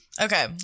Okay